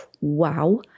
wow